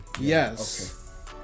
yes